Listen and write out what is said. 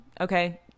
Okay